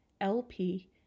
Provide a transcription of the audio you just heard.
LP